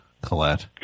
Collette